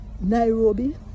Nairobi